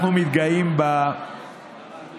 אנחנו מתגאים בהייטק,